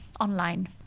online